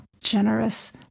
generous